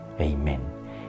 Amen